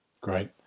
Great